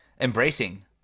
Embracing